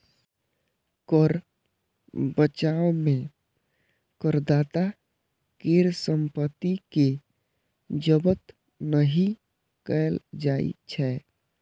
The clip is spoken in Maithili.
कर बचाव मे करदाता केर संपत्ति कें जब्त नहि कैल जाइ छै